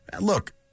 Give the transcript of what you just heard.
Look